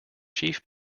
chief